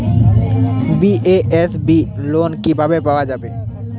BKSB loan কিভাবে পাওয়া যাবে?